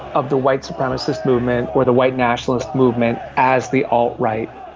of the white supremacist movement, or the white nationalist movement, as the alt-right.